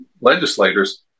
legislators